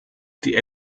die